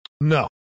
no